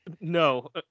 No